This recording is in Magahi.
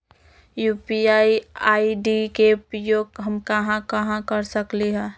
यू.पी.आई आई.डी के उपयोग हम कहां कहां कर सकली ह?